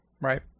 right